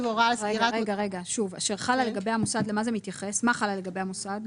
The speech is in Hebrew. מה חלה לגבי המוסד?